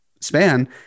span